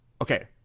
Okay